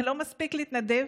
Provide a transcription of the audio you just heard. זה לא מספיק להתנדב?